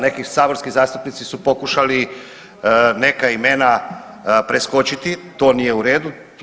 Neki saborski zastupnici su pokušali neka imena preskočiti, to nije u redu.